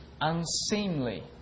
unseemly